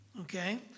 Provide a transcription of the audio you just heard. Okay